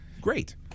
great